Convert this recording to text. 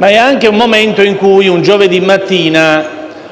ed è un giovedì mattina